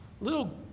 little